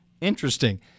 Interesting